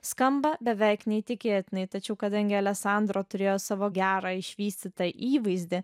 skamba beveik neįtikėtinai tačiau kadangi alesandro turėjo savo gerą išvystytą įvaizdį